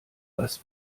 was